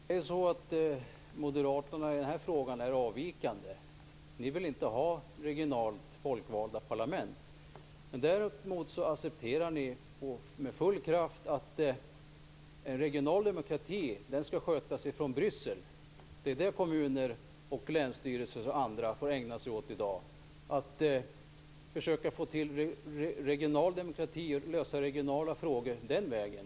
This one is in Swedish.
Herr talman! I den här frågan har Moderaterna en avvikande åsikt. Ni vill inte ha regionalt folkvalda parlament. Däremot accepterar ni med full kraft att en regional demokrati skall skötas från Bryssel. Det är det kommuner, länsstyrelser och andra får ägna sig åt i dag för att försöka få till regional demokrati och lösa regionala frågor den vägen.